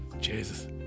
Jesus